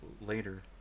later